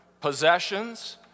possessions